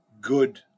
good